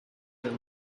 for